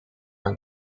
een